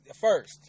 First